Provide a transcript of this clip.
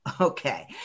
Okay